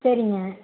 சரிங்க